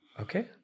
Okay